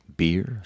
beer